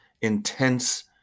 intense